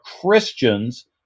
Christians